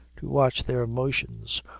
to watch their motions,